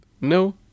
No